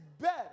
better